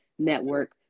network